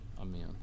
Amen